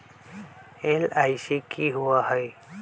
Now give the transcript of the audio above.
LIC की होअ हई?